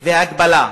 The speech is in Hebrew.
וה"מגבלה",